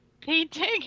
painting